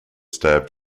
stabbed